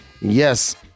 yes